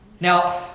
Now